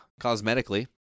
cosmetically